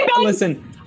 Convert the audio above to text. Listen